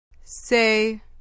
Say